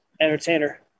entertainer